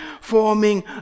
forming